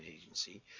agency